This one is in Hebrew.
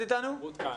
רות.